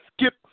skip